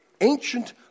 ancient